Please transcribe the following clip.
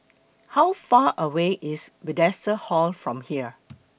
How Far away IS Bethesda Hall from here